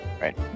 Right